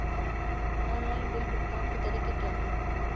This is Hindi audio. ऑनलाइन बिल भुगतान के तरीके क्या हैं?